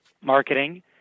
marketing